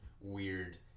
weird